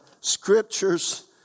scriptures